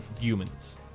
humans